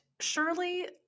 Surely